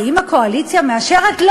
האם הקואליציה מאשרת?